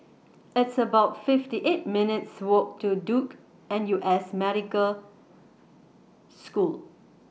It's about fifty eight minutes' Walk to Duke N U S Medical School